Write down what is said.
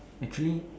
actually